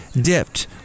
dipped